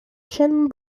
shin